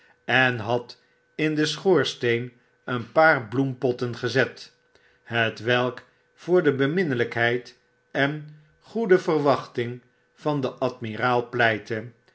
en had in den schoorsteen een paar bloempotten gezet hetwelk voor de beminnelykheid en goede verwachting van den admiraal pleitte